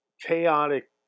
chaotic